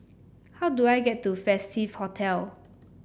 how do I get to Festive Hotel